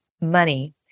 money